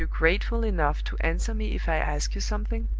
are you grateful enough to answer me if i ask you something?